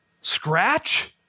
Scratch